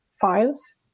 files